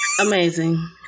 Amazing